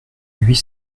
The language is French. huit